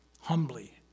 humbly